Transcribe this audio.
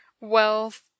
wealth